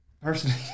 personally